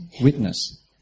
witness